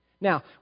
Now